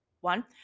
one